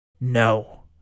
No